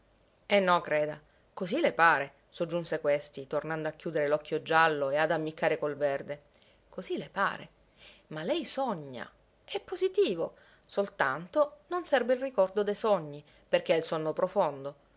eh no creda così le pare soggiunse questi tornando a chiudere l'occhio giallo e ad ammiccare col verde così le pare ma lei sogna è positivo soltanto non serba il ricordo de sogni perché ha il sonno profondo